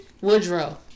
Woodrow